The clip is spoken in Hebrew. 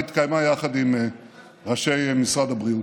התקיימה עם ראשי משרד הבריאות.